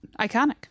iconic